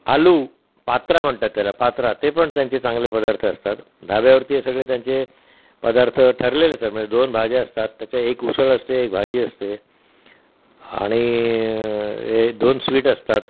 आलू पात्रा म्हणतात त्याला पात्रा ते पण त्यांचे चांगले पदार्थ असतात धाब्यावरती सगळे त्यांचे पदार्थ ठरलेले म्हणजे दोन भाज्या असतात त्याच्या एक उसळ असते एक भाजी असते आणि दोन स्वीट असतात